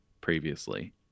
previously